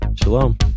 Shalom